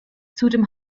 zudem